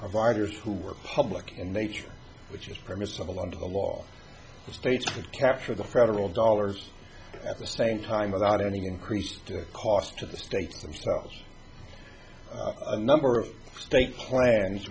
providers who were public in nature which is permissible under the law all states would capture the federal dollars at the same time without any increased cost to the states themselves number of states plans